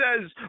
says